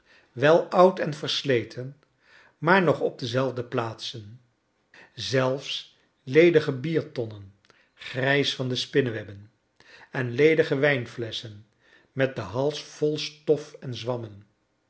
wel oud en versleten maar nog op dezelfde plaatsen zelfs ledige biertonnen grijs van de spinnewebben en ledige wijnflesschen met den hals vol stof en zwammen